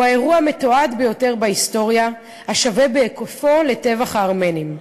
האירוע המתועד היחיד בהיסטוריה השווה בהיקפו לטבח הארמנים.